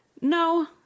No